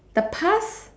the past